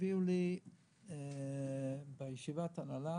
בישיבת ההנהלה